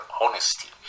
honesty